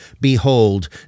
behold